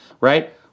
right